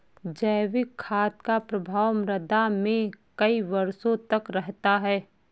जैविक खाद का प्रभाव मृदा में कई वर्षों तक रहता है